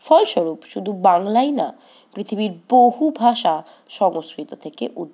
ফলস্বরূপ শুধু বাংলাই নয় পৃথিবীর বহু ভাষা সংস্কৃত থেকে উদ্বুদ্ধ